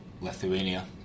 Lithuania